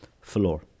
floor